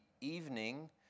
evening